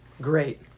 great